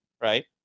Right